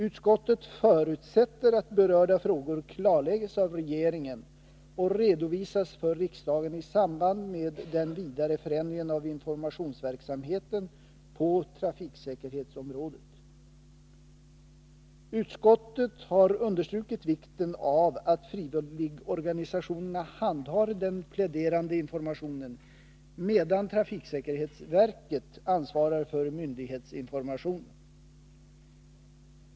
Utskottet förutsätter att berörda frågor klarläggs av regeringen och redovisas för riksdagen i samband med den vidare förändringen av informationsverksamheten på trafiksäkerhetsområdet. Utskottet har understrukit vikten av att frivilligorganisationerna handhar den pläderande informationen medan trafiksäkerhetsverket ansvarar för myndighetsinformationen.